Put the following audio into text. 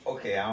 Okay